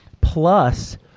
plus